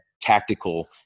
tactical